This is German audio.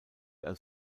als